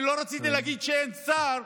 אני לא רציתי להגיד שאין שר,